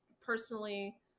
personally